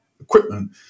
equipment